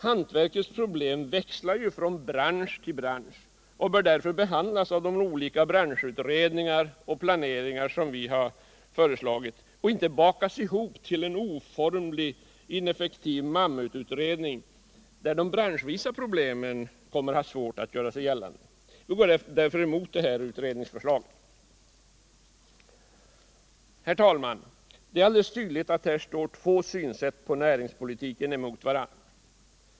Hantverkets problem växlar ju från bransch till bransch och bör därför behandlas av de olika branschutredningar och planeringar som vi har föreslagit och inte bakas ihop till en oformlig ineffektiv mammututredning där de branschvisa problemen kommer att ha svårt att göra sig gällande. Vi går därför emot det utredningsförslaget. Herr talman! Det är alldeles tydligt att här står två synsätt på näringspolitiken emot varandra.